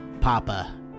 Papa